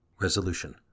Resolution